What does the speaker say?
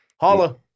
holla